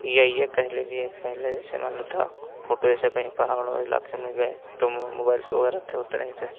या यह कह लीजिए पहले जैसे मान लो था फ़ोटो जैसे पहाड़ों कहीं इलाकों में गए तो मो मोबाइल वग़ैरह तो होते नहीं थे